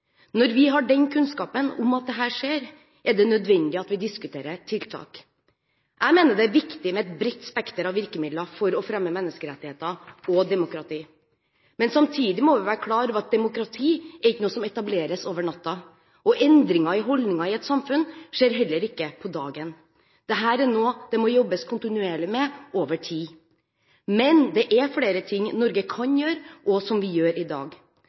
Når vi har kunnskapen om at dette skjer, er det nødvendig at vi diskuterer tiltak. Jeg mener det er viktig med et bredt spekter av virkemidler for å fremme menneskerettigheter og demokrati. Samtidig må vi være klar over at demokrati ikke er noe som etableres over natten. Endringer i holdninger i et samfunn skjer heller ikke på dagen. Dette er noe det må jobbes kontinuerlig med over tid. Men det er flere ting Norge kan gjøre, og som vi gjør i dag.